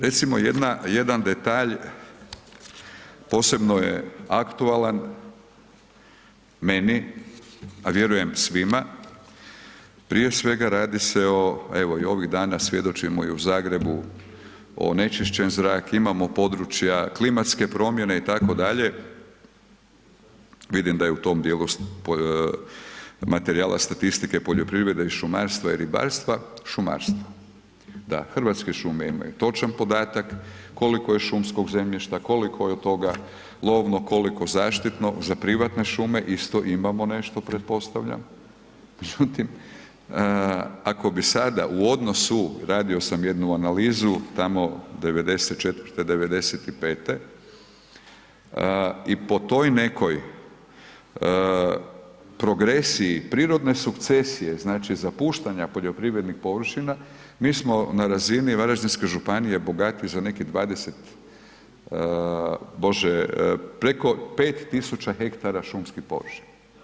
Recimo, jedan detalj posebno je aktualan meni, a vjerujem svima, prije svega radi se o evo i ovih dana svjedočimo i u Zagrebu, onečišćen zrak, imamo područja, klimatske promjene itd., vidim da je u tom dijelu materijala statistike poljoprivrede i šumarstva i ribarstva, šumarstvo, da Hrvatske šume imaju točan podatak koliko je šumskog zemljišta, koliko je toga lovno, koliko zaštitno, za privatne šume isto imamo nešto pretpostavljam, međutim ako bi sada u odnosu, radio sam jednu analizu tamo '94.-te, '95.-te i po toj nekoj progresiji prirodne sukcesije, znači zapuštanja poljoprivrednih površina, mi smo na razini Varaždinske županije bogatiji za nekih 20, Bože, preko 5000 hektara šumskih površina.